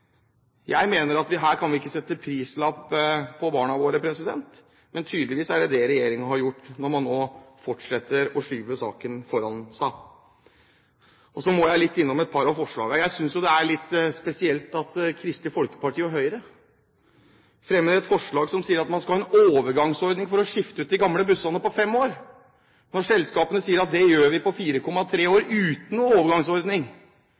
Jeg mener at her kan vi ikke sette prislapp på barna våre. Men det har tydeligvis regjeringen gjort, når man nå fortsetter å skyve saken foran seg. Så må jeg innom et par av forslagene. Jeg synes det er litt spesielt at Kristelig Folkeparti og Høyre fremmer et forslag om at man skal ha en overgangsordning på fem år for å skifte ut de gamle bussene, når selskapene sier at det gjør vi på 4,3 år, uten noe mer overgangsordning.